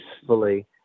peacefully